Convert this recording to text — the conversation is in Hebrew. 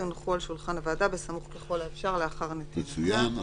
יונחו על שולחן הוועדה בסמוך ככל האפשר לאחר נתינתה." מצוין.